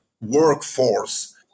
workforce